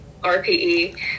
RPE